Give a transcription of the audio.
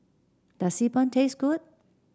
does Xi Ban taste good